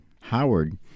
Howard